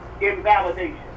invalidation